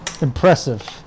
impressive